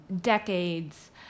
decades